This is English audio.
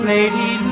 Lady